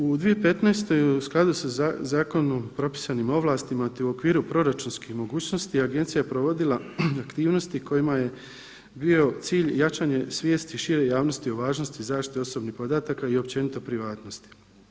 U 2015. u skladu sa zakonom propisanim ovlastima te u okviru proračunskih mogućnosti Agencija je provodila aktivnosti kojima je bio cilj jačanje svijesti šire javnosti o važnosti zaštite osobnih podataka i općenito privatnosti.